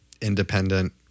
independent